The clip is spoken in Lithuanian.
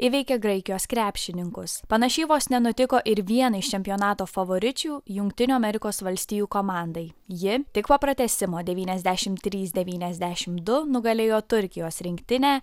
įveikė graikijos krepšininkus panašiai vos nenutiko ir vienai iš čempionato favoričių jungtinių amerikos valstijų komandai ji tik po pratęsimo devyniasdešimt trys devyniasdešimt du nugalėjo turkijos rinktinę